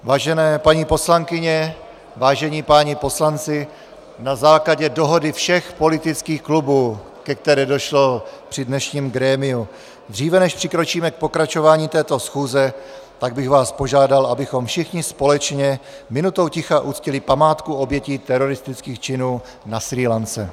Vážené paní poslankyně, vážení páni poslanci, na základě dohody všech politických klubů, ke které došlo při dnešním grémiu, dříve než přikročíme k pokračování této schůze, tak bych vás požádal, abychom všichni společně minutou ticha uctili památku obětí teroristických činů na Srí Lance.